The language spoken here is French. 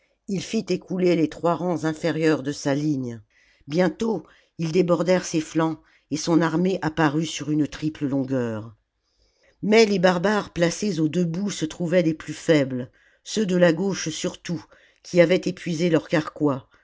il fit écouler les trois rangs inférieurs de sa ligne bientôt ils débordèrent ses flancs et son armée apparut sur une triple longueur mais les barbares placés aux deux bouts se trouvaient les plus faibles ceux de la gauche surtout qui avaient épuisé leurs carquois